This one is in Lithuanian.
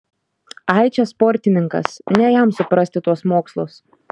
ai čia sportininkas ne jam suprasti tuos mokslus